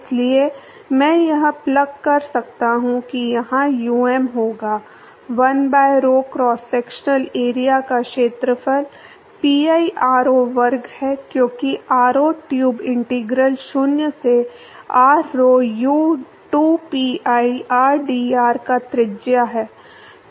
इसलिए मैं यह प्लग कर सकता हूं कि यहां um होगा 1 by rho cross sectional area का क्षेत्रफल pi r0 वर्ग है क्योंकि r0 ट्यूब इंटीग्रल 0 से r rho u 2 pi rdr की त्रिज्या है